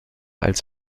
als